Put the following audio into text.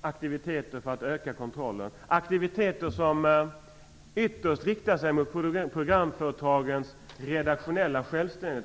aktiviteter för att öka kontrollen - aktiviteter som ytterst riktar sig mot programföretagens redaktionella självständighet.